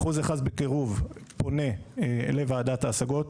1% בקירוב פונה לוועדת ההשגות.